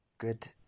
Good